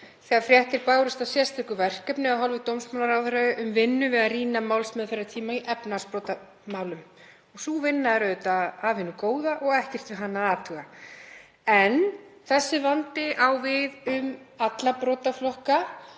þegar fréttir bárust af sérstöku verkefni af hálfu dómsmálaráðherra um vinnu við að rýna málsmeðferðartíma í efnahagsbrotamálum. Sú vinna er auðvitað af hinu góða og ekkert við hana að athuga. En þessi vandi á við um alla brotaflokka